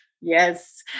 Yes